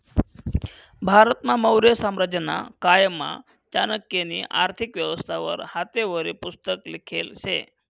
भारतमा मौर्य साम्राज्यना कायमा चाणक्यनी आर्थिक व्यवस्था वर हातेवरी पुस्तक लिखेल शे